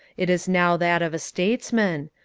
it is now that of a statesman.